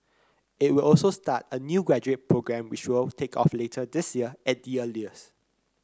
it will also start a new graduate programme which will take off later this year at the earliest